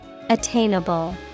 attainable